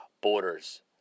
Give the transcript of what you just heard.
borders